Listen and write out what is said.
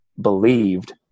believed